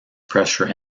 pressure